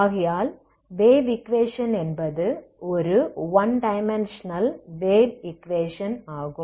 ஆகையால் wave equation என்பது ஒரு ஒன் டைமென்ஷனல் ஈக்வேஷன் ஆகும்